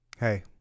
Hey